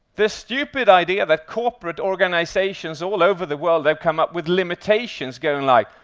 the stupid idea that corporate organisations all over the world they've come up with limitations going like,